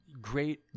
great